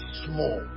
small